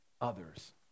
others